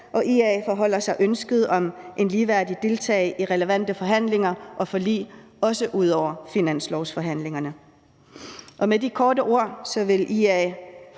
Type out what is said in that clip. og IA forbeholder sig ønsket om en ligeværdig deltagelse i relevante forhandlinger og forlig, også ud over finanslovsforhandlingerne. Med de få ord vil IA